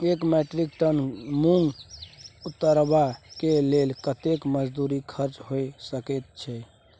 एक metric tonne मूंग उतरबा के लेल कतेक मजदूरी खर्च होय सकेत छै?